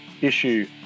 issue